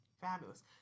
fabulous